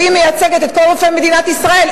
והיא מייצגת כל רופאי מדינת ישראל,